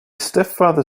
stepfather